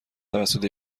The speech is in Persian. توسط